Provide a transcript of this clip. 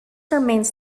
remains